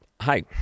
Hi